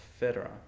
Federer